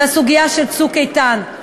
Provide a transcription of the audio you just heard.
הסוגיה של "צוק איתן"